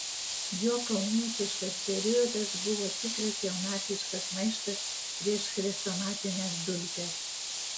jo kaunietiškas periodas buvo tikras jaunatviškas maištas prieš chrestomatines dulkes